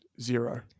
zero